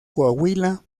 coahuila